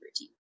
routine